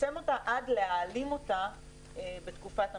לצמצם אותה עד להיעלמותה בתקופת המשבר.